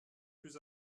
plus